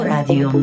Radio